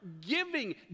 Giving